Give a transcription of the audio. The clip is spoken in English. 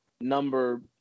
number